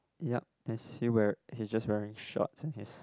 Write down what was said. yup is he weari! he's just wearing shorts he's